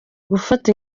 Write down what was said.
gufata